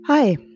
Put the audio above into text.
Hi